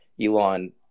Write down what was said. Elon